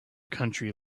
country